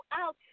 out